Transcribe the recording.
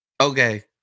Okay